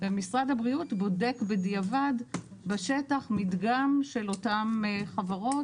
ומשרד הבריאות בודק בדיעבד בשטח מדגם של אותן חברות,